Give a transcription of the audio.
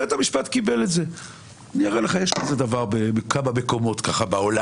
הוא אמר משהו אחר.